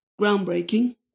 groundbreaking